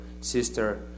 sister